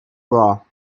bra